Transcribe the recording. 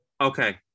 okay